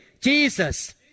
Jesus